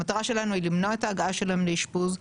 המטרה שלנו למנוע את ההגעה שלהם לאשפוז,